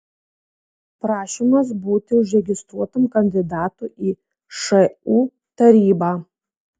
prašymas būti užregistruotam kandidatu į šu tarybą